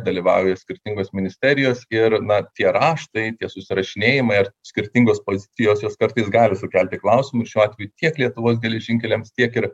dalyvauja skirtingos ministerijos ir na tie raštai tie susirašinėjimai ar skirtingos pozicijos jos kartais gali sukelti klausimų šiuo atveju tiek lietuvos geležinkeliams tiek ir